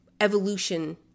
evolution